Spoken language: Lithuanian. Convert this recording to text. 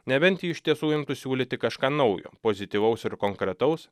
nebent ji iš tiesų imtų siūlyti kažką naujo pozityvaus ir konkretaus